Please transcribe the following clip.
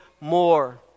more